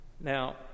Now